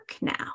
now